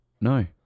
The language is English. No